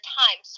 time